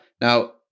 now